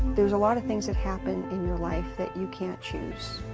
there's a lot of things that happen in your life that you can't change.